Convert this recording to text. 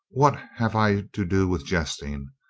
what have i to do with jesting?